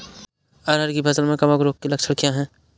अरहर की फसल में कवक रोग के लक्षण क्या है?